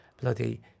Bloody